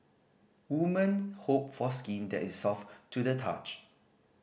women hope for skin that is soft to the touch